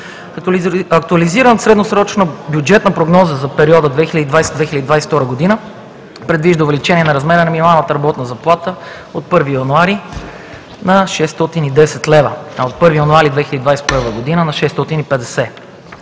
Актуализираната средносрочна бюджетна прогноза за 2020 – 2022 г. предвижда увеличение на размера на минималната работна заплата от 1 януари 2020 г. на 610 лв., а от 1 януари 2021 г. на 650 лв.,